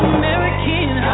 american